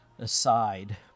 aside